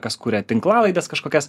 kas kuria tinklalaides kažkokias